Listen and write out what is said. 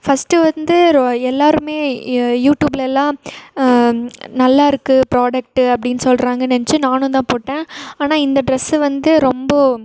first வந்து ரோ எல்லோருமே யே யூடூப்பில் எல்லாம் நல்லாயிருக்கு ப்ரோடக்ட்டு அப்படின் சொல்கிறாங்க நெனச்சி நானுந்தான் போட்டேன் ஆனால் இந்த ட்ரெஸ்ஸு வந்து ரொம்ப